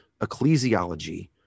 ecclesiology